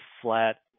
flat